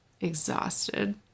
exhausted